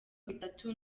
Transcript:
bitatu